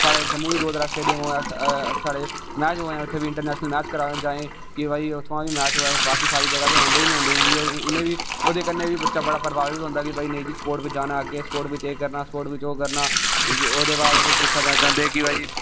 साढ़े जम्मू बी दो त्रै स्टेडियम होन साढ़े मैच हैन इत्थै बी इटरंनेशनल मैच होन इत्थै बी होन बाकी ते सारी जगह होंदे गै होंदे ना इडिया च ओहदे कन्नै बी बच्चा उप्पर बड़ा फर्क पोंदा बच्चा मोटीबेट होंदा कि स्पोटस बिच जाना स्पोटस बिच ऐ करना ओह् करना ओहदे बाद तुस दिक्खना चाहंदे कि भाई